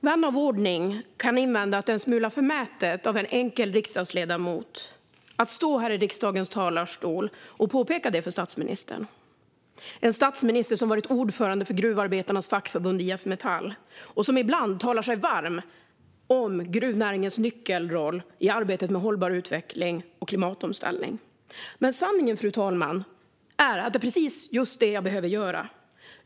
Vän av ordning kan invända att det är en smula förmätet av en enkel riksdagsledamot att stå här i riksdagens talarstol och påpeka detta för statsministern - en statsminister som varit ordförande för gruvarbetarnas fackförbund IF Metall och ibland talar sig varm för gruvnäringens nyckelroll i arbetet med hållbar utveckling och klimatomställning. Men sanningen är att det är just detta jag behöver göra.